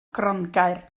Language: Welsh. grongaer